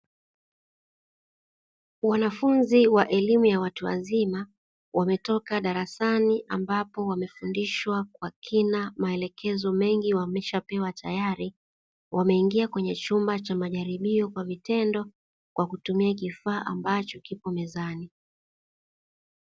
Wanafunzi wa elimu ya watu wazima wametoka darasani ambapo wamefundishwa kwa kina, maelekezo mengi wameshapewa tayari; wameingia kwenye chumba cha majaribio kwa vitendo kwa kutumia kifaa ambacho kipo mezani.